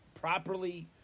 properly